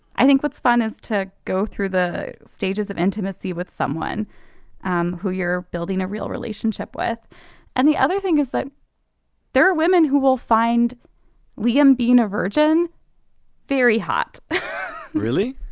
i think what's fun is to go through the stages of intimacy with someone um who you're building a real relationship with and the other thing is that there are women who will find liam being a virgin very hot really.